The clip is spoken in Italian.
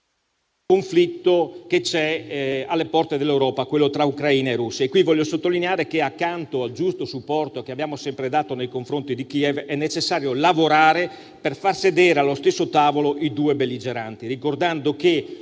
il conflitto alle porte dell'Europa tra Ucraina e Russia. Qui voglio sottolineare che, accanto al giusto supporto che abbiamo sempre dato nei confronti di Kiev, è necessario lavorare per far sedere allo stesso tavolo i due belligeranti,